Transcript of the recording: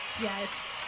Yes